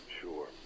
Sure